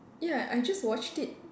ya I just watched it